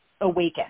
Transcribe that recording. awaken